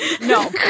No